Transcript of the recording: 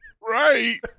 Right